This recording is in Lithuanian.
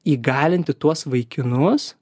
įgalinti tuos vaikinus